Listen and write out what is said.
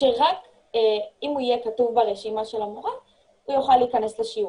שרק אם הוא יהיה כתוב ברשימה של המורה הוא יוכל להכנס לשיעור.